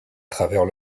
travers